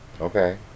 Okay